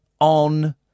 on